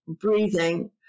breathing